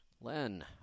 Len